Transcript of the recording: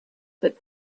but